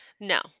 No